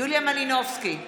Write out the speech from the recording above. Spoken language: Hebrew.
יוליה מלינובסקי קונין,